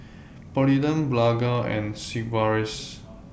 Polident Blephagel and Sigvaris